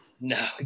No